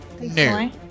No